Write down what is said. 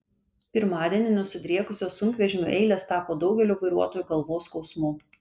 pirmadienį nusidriekusios sunkvežimių eilės tapo daugelio vairuotojų galvos skausmu